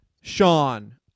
Sean